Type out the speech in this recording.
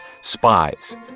spies